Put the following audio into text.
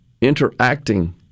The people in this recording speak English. interacting